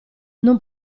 non